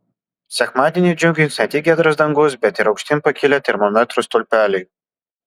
sekmadienį džiugins ne tik giedras dangus bet ir aukštyn pakilę termometrų stulpeliai